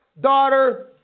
daughter